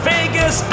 Vegas